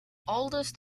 oldest